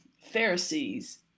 Pharisees